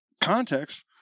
context